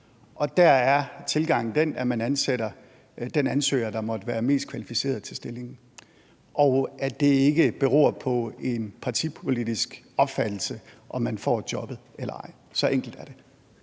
Der er tilgangen den, at man ansætter den ansøger, der måtte være mest kvalificeret til stillingen, og at det ikke beror på en partipolitisk opfattelse, om man får jobbet eller ej. Så enkelt er det.